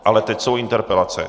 Ale teď jsou interpelace.